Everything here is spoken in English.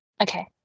Okay